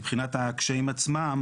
מבחינת הקשיים עצמם,